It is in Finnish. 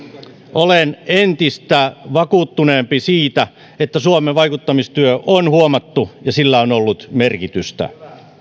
olen entistä vakuuttuneempi siitä että suomen vaikuttamistyö on huomattu ja sillä on ollut merkitystä